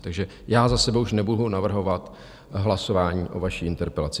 Takže já za sebe už nebudu navrhovat hlasování o vaší interpelaci.